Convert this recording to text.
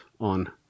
on